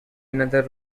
another